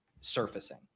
surfacing